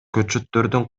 көчөттөрдүн